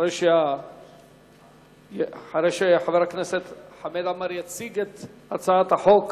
אחרי שחבר הכנסת חמד עמאר יציג את הצעת החוק,